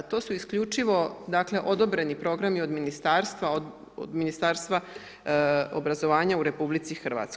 To su isključivo dakle odobreni programi od Ministarstva obrazovanja u RH.